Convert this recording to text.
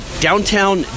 downtown